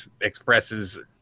expresses